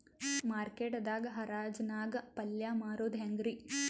Market ದಾಗ್ ಹರಾಜ್ ನಾಗ್ ಪಲ್ಯ ಮಾರುದು ಹ್ಯಾಂಗ್ ರಿ?